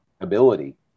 ability